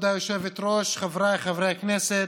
כבוד היושבת-ראש, חבריי חברי הכנסת,